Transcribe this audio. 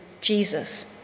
Jesus